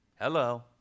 Hello